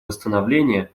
восстановления